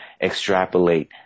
extrapolate